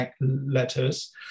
letters